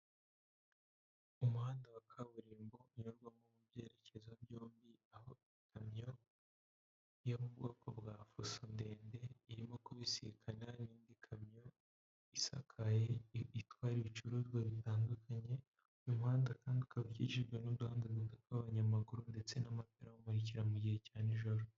Umuhanda wa kaburimbo unyura mu byerekezo byombi aho ikamyo yo mu bwoko bwa fuso ndende, irimo kubisikana n'indi kamyo isakaye itwara ibicuruzwa bitandukanye. Mu muhanda kandi hakaba hakikijijwe n'uduhanda duto tw'abanyamaguru ndetse n'amatara abamurikira mu gihe cya nijoro.